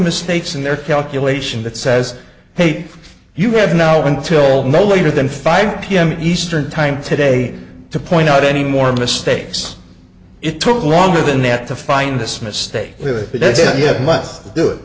mistakes in their calculation that says hey you have now until no later than five pm eastern time today to point out any more mistakes it took longer than that to find this mistake but if you had left do it